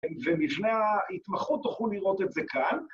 ומפני ההתמחות תוכלו לראות את זה כאן.